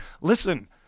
listen